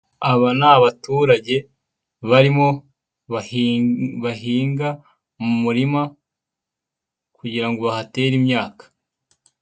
Aba ni abaturage barimo bahinga mu murima, kugira ngo bahatere imyaka.